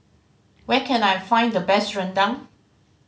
where can I find the best rendang